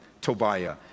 Tobiah